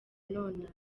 nonaha